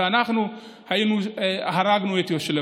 שאנחנו למעשה הרגנו את ישו.